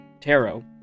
tarot